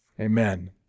Amen